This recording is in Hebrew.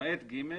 למעט (ג),